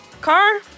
car